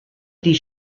die